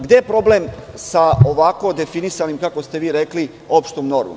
Gde je problem sa ovako definisanom, kako ste vi rekli, opštom normom?